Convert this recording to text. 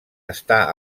està